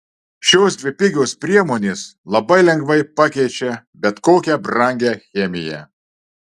šios dvi pigios priemonės labai lengvai pakeičia bet kokią brangią chemiją